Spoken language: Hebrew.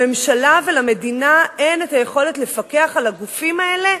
לממשלה ולמדינה אין היכולת לפקח על הגופים האלה,